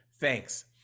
thanks